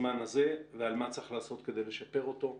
בזמן הזה ומה צריך לעשות כדי לשפר אותו,